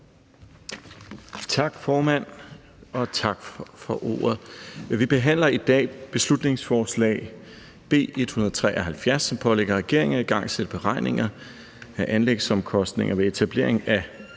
Tak, formand, og tak for ordet. Vi behandler i dag beslutningsforslag B 173, som pålægger regeringen at igangsætte beregninger af anlægsomkostninger ved etablering af